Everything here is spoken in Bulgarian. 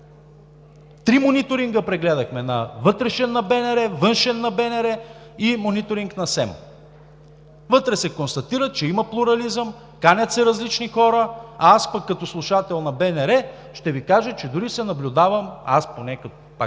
Три мониторинга прегледахме – вътрешен на БНР, външен на БНР и мониторинг на СЕМ. Вътре се констатира, че има плурализъм, канят се различни хора. Като слушател на БНР ще Ви кажа, че аз поне дори наблюдавам една